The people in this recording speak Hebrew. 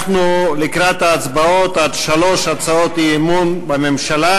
אנחנו לקראת ההצבעות על שלוש הצעות אי-אמון בממשלה.